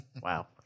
Wow